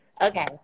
Okay